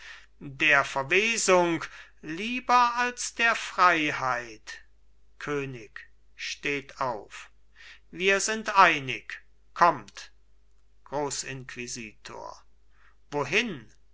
der verwesung lieber als der freiheit könig steht auf wir sind einig kommt grossinquisitor wohin